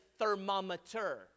thermometer